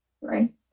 right